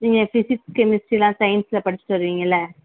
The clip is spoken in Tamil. நீங்கள் ஃபிசிக்ஸ் கெமிஸ்ட்ரி எல்லாம் சயின்ஸில் படிச்சிகிட்டு வருவீங்கள்ல